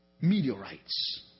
Meteorites